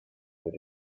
mit